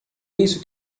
isso